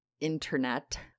internet